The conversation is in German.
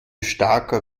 starker